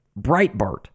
Breitbart